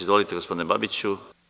Izvolite gospodine Babiću.